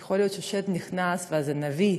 יכול להיות ששד נכנס, ואז הנביא,